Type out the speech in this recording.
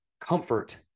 comfort